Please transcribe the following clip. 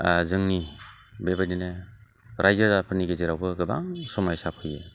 जोंनि बेबादिनो रायजो राजाफोरनि गेजेरावबो गोबां समायसा फैयो